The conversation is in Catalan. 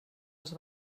als